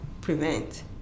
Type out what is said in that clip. prevent